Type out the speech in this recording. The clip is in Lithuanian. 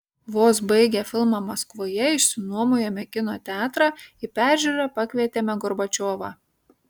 vos baigę filmą maskvoje išsinuomojome kino teatrą į peržiūrą pakvietėme gorbačiovą